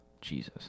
Jesus